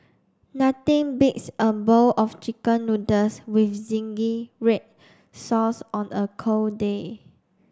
nothing beats a bowl of chicken noodles with zingy red sauce on a cold day